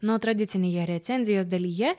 na o tradicinėje recenzijos dalyje